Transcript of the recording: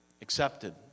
accepted